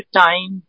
time